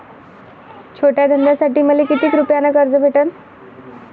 छोट्या धंद्यासाठी मले कितीक रुपयानं कर्ज भेटन?